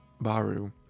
baru